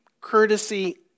courtesy